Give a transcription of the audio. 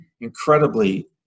incredibly